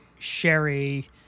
Sherry